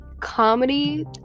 comedy